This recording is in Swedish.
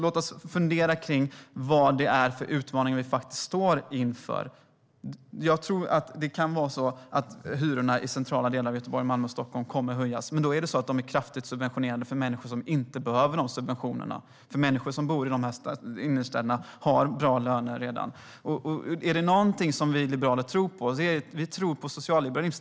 Låt oss fundera kring vilka utmaningar vi faktiskt står inför. Jag tror att det kan bli så att hyrorna i centrala Stockholm, Göteborg och Malmö höjs, men då är de kraftigt subventionerade för människor som inte behöver dessa subventioner. Människor som bor innerstäderna har redan bra löner. Om det är något som vi liberaler tror på är det socialliberalism.